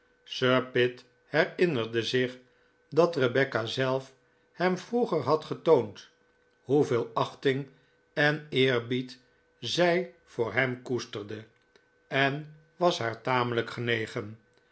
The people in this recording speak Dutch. sir pitt herinnerde zich dat rebecca zelf hem vroeger had getoond hoeveel achting en eerbied zij voor hem koesterde en was haar tamelijk genegen